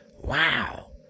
Wow